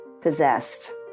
possessed